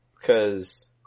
Cause